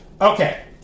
Okay